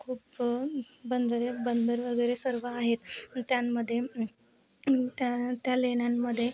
खूप बंदरे बंदर वगैरे सर्व आहेत त्यांमध्ये त्या त्या लेण्यांमध्ये